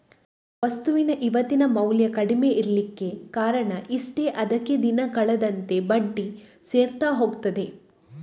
ವಸ್ತುವಿನ ಇವತ್ತಿನ ಮೌಲ್ಯ ಕಡಿಮೆ ಇರ್ಲಿಕ್ಕೆ ಕಾರಣ ಇಷ್ಟೇ ಅದ್ಕೆ ದಿನ ಕಳೆದಂತೆ ಬಡ್ಡಿ ಸೇರ್ತಾ ಹೋಗ್ತದೆ